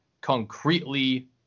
concretely